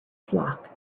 flock